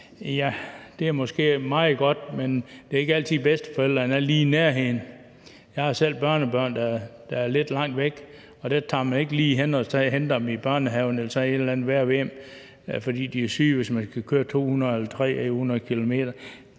Ja, det er måske meget godt, men det er ikke altid, bedsteforældrene er lige i nærheden. Jeg har selv børnebørn, der er lidt langt væk, og derfor tager man ikke lige hen og henter dem i børnehaven for at være ved dem, fordi de er syge, hvis man skal køre 200 eller 300 km.